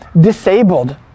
disabled